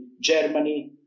Germany